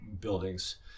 buildings